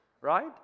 right